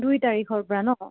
দুই তাৰিখৰ পৰা ন